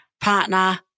partner